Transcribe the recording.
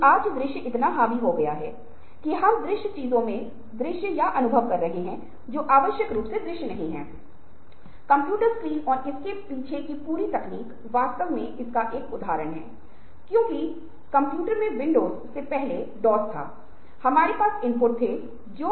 एक और उपाय हो सकता है कि कर्मचारी के अनुपस्थित के कारण लंबित कार्य होगा और ये लंबित नौकरियों के लिए और लंबित कार्यों को पूरा करने के लिए वे स्वयं ओवरटाइम कर सकें जिससे एक और संभावना होगी